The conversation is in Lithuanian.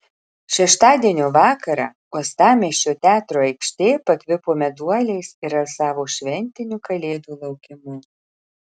šeštadienio vakarą uostamiesčio teatro aikštė pakvipo meduoliais ir alsavo šventiniu kalėdų laukimu